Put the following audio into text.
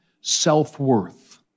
self-worth